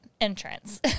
entrance